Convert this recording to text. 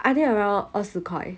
I think around 二十块